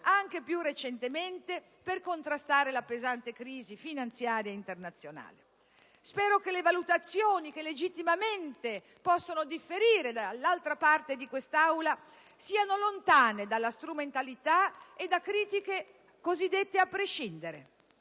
anche più recentemente, per contrastare la pesante crisi finanziaria internazionale. Spero che le valutazioni - che legittimamente possono differire - dall'altra parte di quest'Aula siano lontane dalla strumentalità e da critiche cosiddette a prescindere.